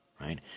Right